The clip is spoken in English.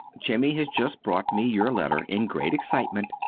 jimmy has just brought me your letter, in great excitement,